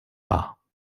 war